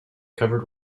covered